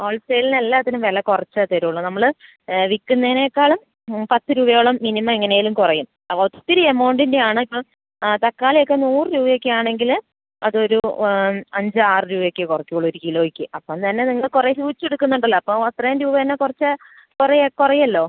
ഹോൾസെയ്ലിന് എല്ലാത്തിനും വില കുറച്ചേ തരുള്ളൂ നമ്മൾ വിൽക്കുന്നതിനേക്കാളും പത്ത് രൂപയോളം മിനിമം എങ്ങനേലും കുറയും ഒത്തിരി എമൗണ്ടിൻറ്റെയാണിപ്പം തക്കാളിയൊക്കെ നൂറ് രൂപയൊക്കെയാണെങ്കിൽ അതൊരു അഞ്ച് ആറ് രൂപയൊക്കെ കുറയ്ക്കുള്ളൂ ഒരു കിലോയ്ക്ക് അപ്പം തന്നെ നിങ്ങൾ കുറേ ചോദിച്ചെടുക്കുന്നുണ്ടല്ലോ അപ്പോൾ അത്രയും രൂപ തന്നെ കുറച്ച് കൊറയ കുറയുമല്ലോ